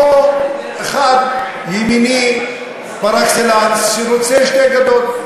או אחד ימני פר-אקסלנס שרוצה שתי גדות.